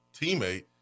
teammate